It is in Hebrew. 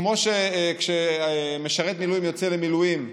כמו שכשמשרת מילואים יוצא למילואים,